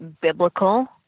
biblical